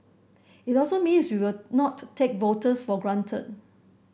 it also means we will not take voters for granted